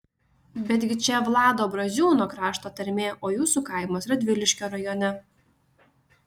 betgi čia vlado braziūno krašto tarmė o jūsų kaimas radviliškio rajone